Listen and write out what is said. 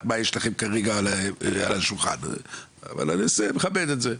מה יש לכם כרגע על השולחן אבל אני מכבד את זה.